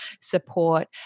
support